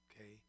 Okay